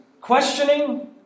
questioning